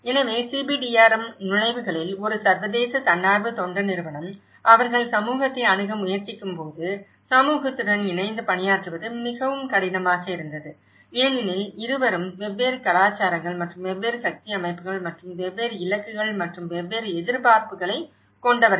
எனவே CBDRM நுழைவுகளில் ஒரு சர்வதேச தன்னார்வ தொண்டு நிறுவனம் அவர்கள் சமூகத்தை அணுக முயற்சிக்கும்போது சமூகத்துடன் இணைந்து பணியாற்றுவது மிகவும் கடினமாக இருந்தது ஏனெனில் இருவரும் வெவ்வேறு கலாச்சாரங்கள் மற்றும் வெவ்வேறு சக்தி அமைப்புகள் மற்றும் வெவ்வேறு இலக்குகள் மற்றும் வெவ்வேறு எதிர்பார்ப்புகளை கொண்டவர்கள்